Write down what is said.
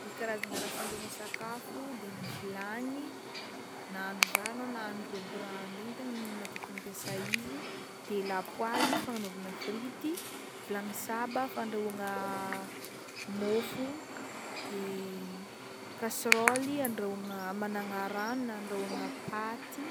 Ny karazagna raha fandrahoagna sakafo de ny vilagny na ahandro vary anao na ahandro rô bi rano regny tegna matetiky mampiasa izy de lapoaly fagnanaovagna frity, vilagny saba fandrahoagna môfo de kasiraoly andrahoagna amanagna rano na andrahoagna paty.